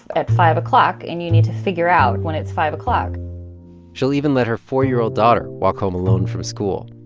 at five o'clock. and you need to figure out when it's five o'clock she'll even let her four year old daughter walk home alone from school.